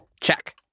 Check